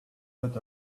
lot